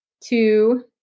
two